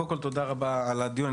קודם כל, תודה רבה על הדיון.